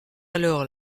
alors